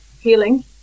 healing